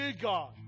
God